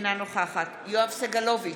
אינה נוכחת יואב סגלוביץ'